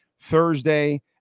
Thursday